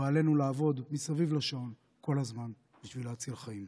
ועלינו לעבוד מסביב לשעון כל הזמן בשביל להציל חיים.